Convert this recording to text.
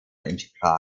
entsprach